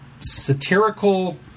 satirical